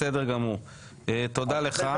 בסדר גמור, תודה לך.